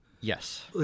Yes